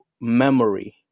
memory